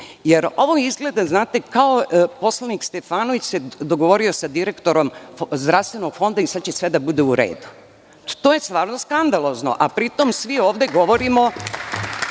jer ovo izgleda kao da se poslanik Stefanović dogovorio sa direktorom Zdravstvenog fonda i sada će sve da bude u redu. To je stvarno skandalozno. Pri tom, svi ovde govorimo